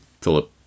Philip